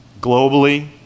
Globally